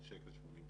על 1.84 שקל,